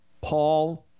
Paul